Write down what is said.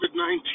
COVID-19